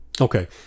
Okay